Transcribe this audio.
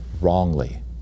wrongly